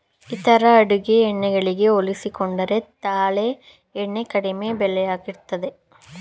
ಇತರ ಅಡುಗೆ ಎಣ್ಣೆ ಗಳಿಗೆ ಹೋಲಿಸಿಕೊಂಡರೆ ತಾಳೆ ಎಣ್ಣೆ ಕಡಿಮೆ ಬೆಲೆಯದ್ದಾಗಿದೆ